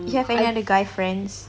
do you have any other guy friends